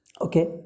Okay